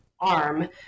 arm